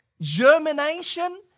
Germination